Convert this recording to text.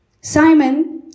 simon